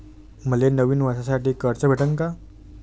मले नवीन वर्षासाठी कर्ज भेटन का?